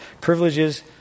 privileges